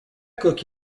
coque